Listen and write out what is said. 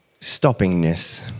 stoppingness